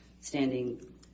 standing